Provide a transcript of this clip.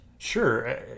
Sure